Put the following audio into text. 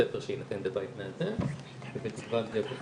הספר שיינתן בבית מאזן ובתקווה שיבוא